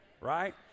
Right